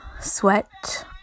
sweat